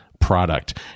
product